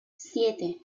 siete